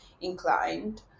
inclined